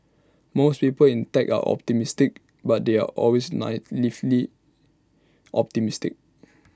most people in tech are optimistic but they are always naively optimistic